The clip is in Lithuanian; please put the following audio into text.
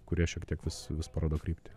kurie šiek tiek vis vis parodo kryptį